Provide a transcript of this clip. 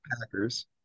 Packers